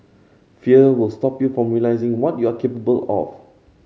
fear will stop you from realising what you are capable of